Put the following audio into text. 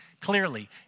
Clearly